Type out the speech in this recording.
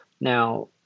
Now